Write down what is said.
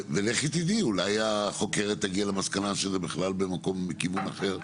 ולכי תדעי אולי החוקרת תגיע למסקנה שזה בכלל במקום בכיוון אחר,